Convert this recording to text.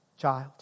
child